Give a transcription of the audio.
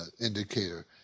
indicator